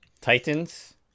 Titans